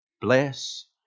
bless